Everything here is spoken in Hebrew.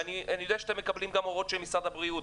ואני יודע שאתם גם כפופים להוראות של משרד הבריאות,